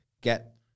Get